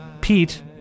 Pete